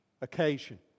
occasion